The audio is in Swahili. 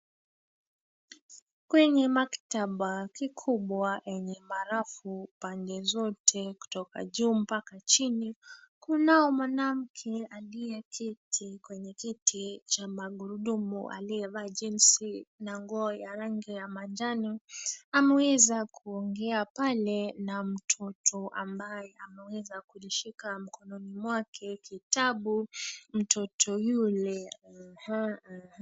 Kwenye maktaba kikubwa enye marafu pande zote kutoka juu mpaka chini. Kunao mwanamke aliyeketi kwenye kiti cha magurudumu, aliyevaa jinzi na nguo ya rangi ya manjano ameweza kuongea pale na mtoto ambaye ameweza kushika kitabu mkononi mwake. Mtoto yule...